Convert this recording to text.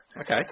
Okay